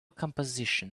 composition